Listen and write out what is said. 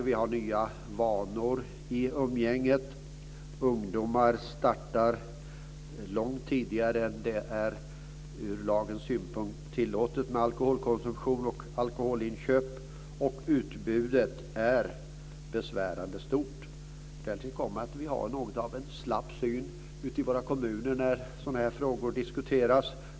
Vi har nya vanor i umgänget. Ungdomar startar långt tidigare än det ur lagens synpunkt är tillåtet med alkoholkonsumtion och alkoholinköp, och utbudet är besvärande stort. Därtill kommer att man har något av en slapp syn ute i kommunerna när sådana här frågor diskuteras.